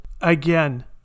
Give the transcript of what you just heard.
Again